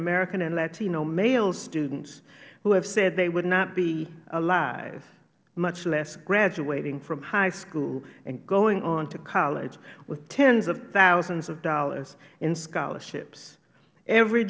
american and latino male students who have said they would not be alive much less graduating from high school and going on to college with tens of thousands of dollars in scholarships every